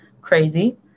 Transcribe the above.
crazy